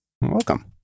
Welcome